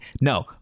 No